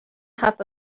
half